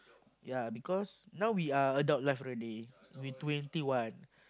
ya because now we are adult life already we twenty one